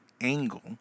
angle